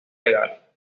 legal